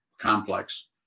complex